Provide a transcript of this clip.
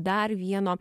dar vieno